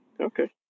Okay